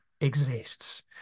exists